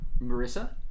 Marissa